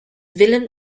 villen